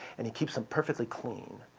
and he keeps them perfectly clean.